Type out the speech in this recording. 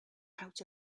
out